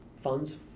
funds